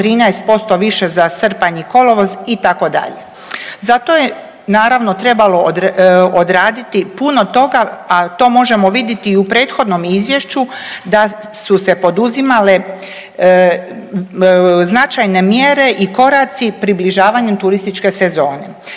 13% više za srpanj i kolovoz itd. Za to je naravno trebalo odraditi puno toga, a to možemo vidjeti i u prethodnom izvješću da su se poduzimale značajne mjere i koraci približavanjem turističke sezone.